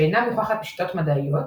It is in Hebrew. שאינה מוכחת בשיטות מדעיות,